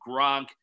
Gronk